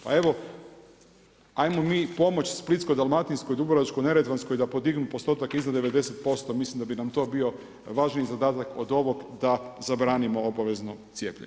Pa evo hajmo mi pomoći Splitsko-dalmatinskoj i Dubrovačko-neretvanskoj da podignu postotak iznad 90% mislim da bi nam to bio važniji zadatak od ovoga da zabranimo obavezno cijepljenje.